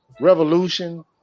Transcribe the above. revolution